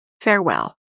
farewell